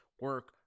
Work